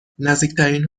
نزدیکترین